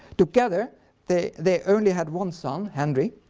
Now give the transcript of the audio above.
together they they only had one son, henry,